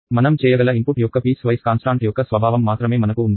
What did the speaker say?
మనం చేయగల ఇన్పుట్ యొక్క పీస్ వైస్ కాన్స్టాంట్ యొక్క స్వభావం మాత్రమే మనకు ఉంది